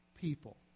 people